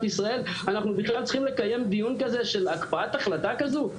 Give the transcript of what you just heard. ישראל אחנו בכלל צריכים לקיים דיון כזה של הקפאת החלטה כזו?